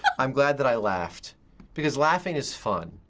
i'm glad that i laughed because laughing is fun.